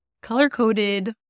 color-coded